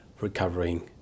recovering